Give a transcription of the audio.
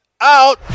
Out